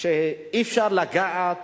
שאי-אפשר לגעת